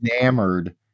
enamored